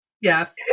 Yes